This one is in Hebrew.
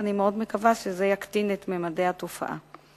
ואני מאוד מקווה שזה יקטין את ממדי התופעה.